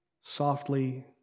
softly